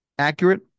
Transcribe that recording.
Accurate